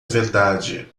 verdade